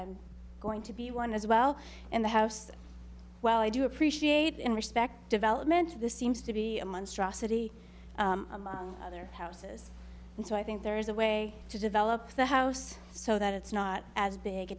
i'm going to be one as well in the house while i do appreciate and respect development this seems to be a monstrosity among other houses and so i think there is a way to develop the house so that it's not as big